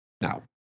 Now